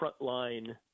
frontline